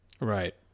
Right